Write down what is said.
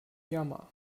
jammer